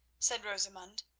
said rosamund.